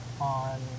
on